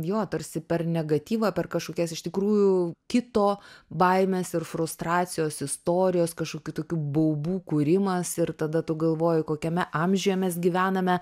jo tarsi per negatyvą per kažkokias iš tikrųjų kito baimes ir frustracijos istorijos kažkokių tokių baubų kūrimas ir tada tu galvoji kokiame amžiuje mes gyvename